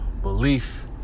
belief